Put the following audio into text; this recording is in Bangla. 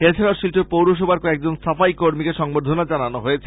এছাড়াও শিলচর পৌরসভার কয়েকজন সাফাই কর্মীকে সংবর্ধনা জানানো হয়েছে